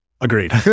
Agreed